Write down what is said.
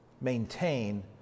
Maintain